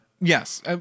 Yes